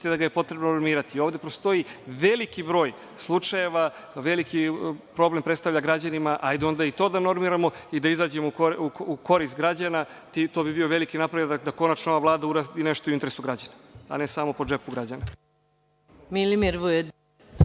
da ga je potrebno normirati. Ovde postoji veliki broj slučajeva. Veliki problem predstavlja građanima. Ajde onda i to da normiramo i da izađemo u korist građana. To bi bio veliki napredak, da konačna ova Vlada uradi nešto i u interesu građana, a ne samo po džepu građana.